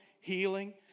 healing